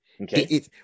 Okay